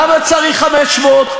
למה צריך 500?